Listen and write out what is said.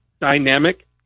dynamic